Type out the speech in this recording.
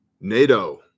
NATO